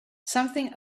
something